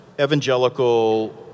evangelical